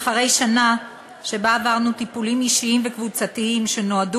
"אחרי שנה שבה עברנו טיפולים אישיים וקבוצתיים שנועדו